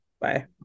bye